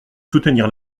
soutenir